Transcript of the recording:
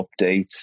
updates